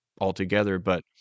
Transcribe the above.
altogether—but